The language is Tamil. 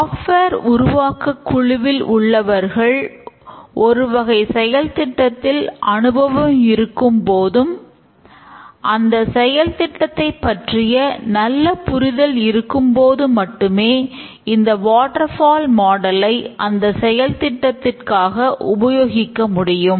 சாப்ட்வேர் அந்த செயல்திட்டத்திற்காக உபயோகிக்க முடியும்